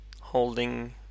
holding